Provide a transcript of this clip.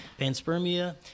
panspermia